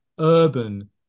Urban